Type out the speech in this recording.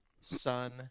son